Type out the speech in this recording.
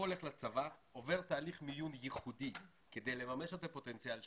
הוא הולך לצבא ועובר תהליך מיון ייחודי כדי לממש את הפוטנציאל שלו,